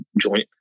joint